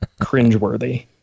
cringeworthy